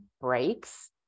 breaks